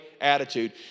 attitude